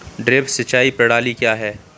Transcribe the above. Drip सिंचाई प्रणाली क्या है?